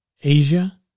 Asia